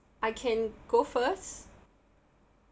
I can go first